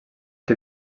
que